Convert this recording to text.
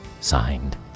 Signed